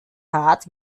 rat